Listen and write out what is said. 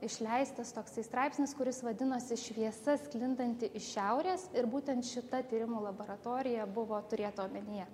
išleistas toksai straipsnis kuris vadinosi šviesa sklindanti iš šiaurės ir būtent šita tyrimų laboratorija buvo turėta omenyje